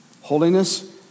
holiness